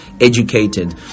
educated